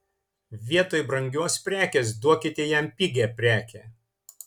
vietoj brangios prekės duokite jam pigią prekę